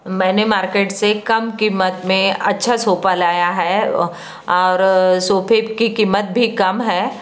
मैंने मार्केट से कम कीमत में अच्छा सोफ़ा लाया है और सोफ़े कि कीमत भी कम है